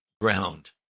ground